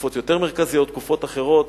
תקופות יותר מרכזיות, תקופות אחרות.